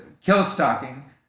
kill-stalking